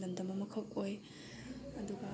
ꯂꯝꯗꯝ ꯑꯃꯈꯛ ꯑꯣꯏ ꯑꯗꯨꯒ